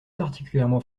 particulièrement